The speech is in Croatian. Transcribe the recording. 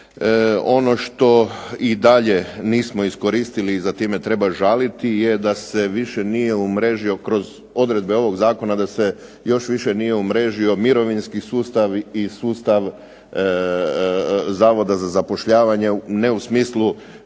Ono što i dalje nismo iskoristili i za time treba žaliti je da se više nije umrežio kroz odredbe ovog zakona da se još više nije umrežio mirovinski sustav i sustav Zavoda za zapošljavanje ne u smislu